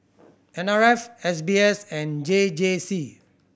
N R F S B S and J J C